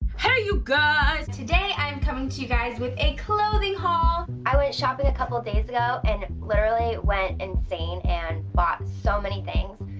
hey, you guys! today i am coming to you guys with a clothing haul! i went shopping a couple days ago and literally went insane and bought so many things.